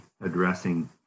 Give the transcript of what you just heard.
addressing